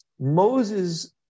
Moses